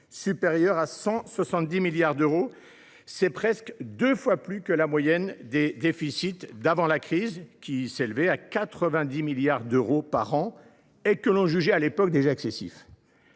supérieur à 170 milliards d’euros ; c’est presque deux fois plus que la moyenne des déficits d’avant la crise – environ 90 milliards d’euros par an –, que l’on jugeait déjà excessifs…